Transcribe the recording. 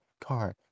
Car